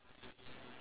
so